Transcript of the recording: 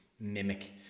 mimic